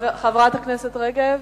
חברת הכנסת רגב.